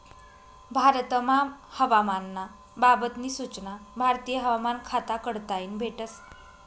भारतमा हवामान ना बाबत नी सूचना भारतीय हवामान खाता कडताईन भेटस